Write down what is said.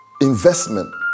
investment